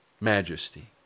majesty